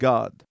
God